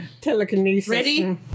Telekinesis